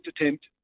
attempt